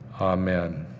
amen